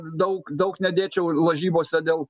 daug daug nedėčiau lažybose dėl